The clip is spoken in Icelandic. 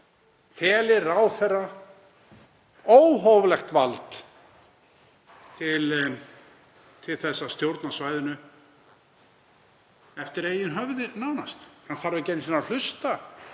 fela ráðherra óhóflegt vald til þess að stjórna svæðinu eftir eigin höfði nánast. Hann þarf ekki einu sinni að hlusta